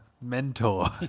mentor